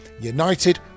United